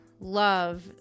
Love